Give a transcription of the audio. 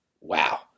Wow